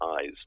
eyes